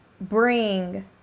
bring